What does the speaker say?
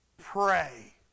pray